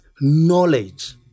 knowledge